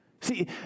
See